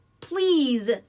Please